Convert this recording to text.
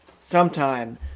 sometime